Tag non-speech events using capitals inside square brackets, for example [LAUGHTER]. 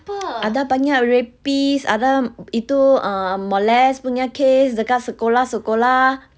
[NOISE] ada banyak rapist ada itu uh molest punya case dekat sekolah sekolah